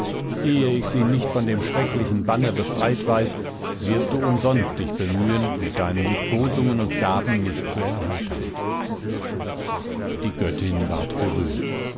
ehe ich sie nicht von dem schrecklichen banne befreit weiß wirst du umsonst dich bemühen mit deinen liebkosungen und gaben mich zu erheitern die göttin ward gerührt